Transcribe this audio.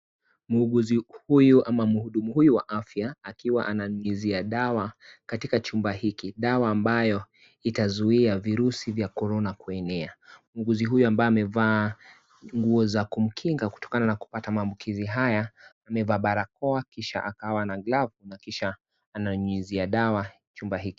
Muuguzi huyu ama mhudumu huyu wa afya akiwa ananyunyizia dawa katika chumba hiki. Dawa ambayo itazuia virusi vya korona kuenea. Muuguzi huyu ambaye amevaa nguo za kumkinga kutokana na kupata maambukizi haya, amevaa barakoa kisha akawa na glovu na kisha ananyunyizia dawa chumba hiki.